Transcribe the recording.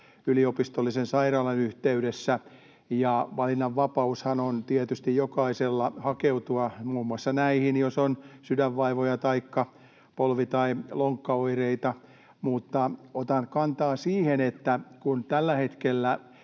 yliopistollisen sairaalan yhteydessä. Valinnanvapaushan on tietysti jokaisella hakeutua muun muassa näihin, jos on sydänvaivoja taikka polvi‑ tai lonkkaoireita. Otan kantaa siihen, että tällä hetkellä